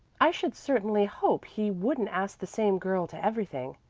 i should certainly hope he wouldn't ask the same girl to everything,